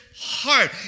heart